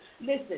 Listen